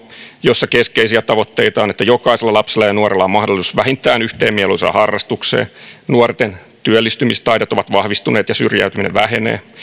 jossa keskeisiä tavoitteita on että jokaisella lapsella ja nuorella on mahdollisuus vähintään yhteen mieluisaan harrastukseen nuorten työllistymistaidot ovat vahvistuneet ja syrjäytyminen vähenee